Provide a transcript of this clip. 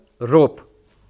rope